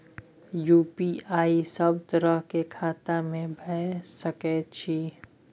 UPI सब तरह के खाता में भय सके छै?